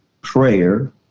prayer